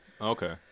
okay